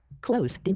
close